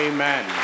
Amen